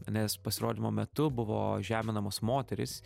nes pasirodymo metu buvo žeminamos moterys